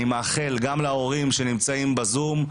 אני מאחל גם להורים שנמצאים בזום,